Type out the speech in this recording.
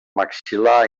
maxil·lar